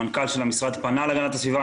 המנכ"ל של המשרד פנה להגנת הסביבה.